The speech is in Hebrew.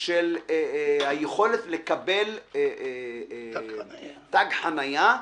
של היכולת לקבל תג חניה.